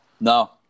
No